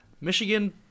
Michigan